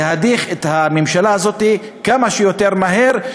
להדיח את הממשלה הזאת כמה שיותר מהר,